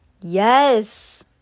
Yes